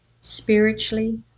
spiritually